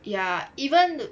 ya even though